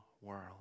world